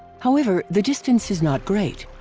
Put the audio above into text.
however, the distance is not great.